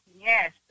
Yes